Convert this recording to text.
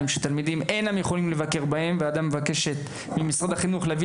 שתלמידים אינם יכולים לבקר בהם ומבקשת ממשרד החינוך להביא